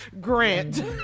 Grant